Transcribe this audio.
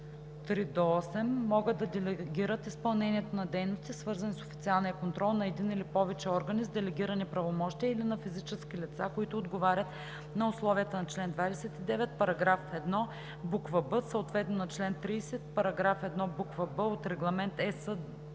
3 – 8 могат да делегират изпълнението на дейности, свързани с официалния контрол, на един или повече органи с делегирани правомощия или на физически лица, които отговарят на условията на чл. 29, параграф 1, буква „б“, съответно на чл. 30, параграф 1, буква „б“ от Регламент (ЕС)